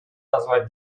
назвать